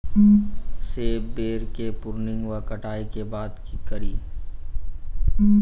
सेब बेर केँ प्रूनिंग वा कटाई केँ बाद की करि?